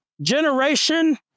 generation